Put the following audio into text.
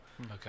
okay